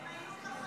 הם היו בחוק.